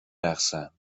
رقصن